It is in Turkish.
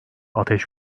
ateş